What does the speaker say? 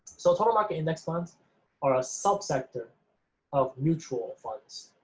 so total market index funds are a subsector of neutral funds,